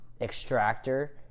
extractor